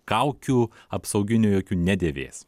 kaukių apsauginių jokių nedėvės